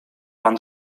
pan